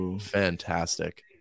Fantastic